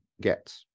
get